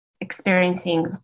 experiencing